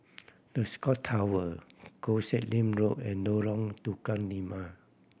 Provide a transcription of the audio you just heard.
The Scott Tower Koh Sek Lim Road and Lorong Tukang Lima